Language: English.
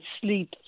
sleep